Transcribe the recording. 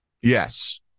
yes